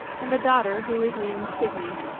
and a daughter who was named signy.